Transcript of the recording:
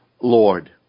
Lord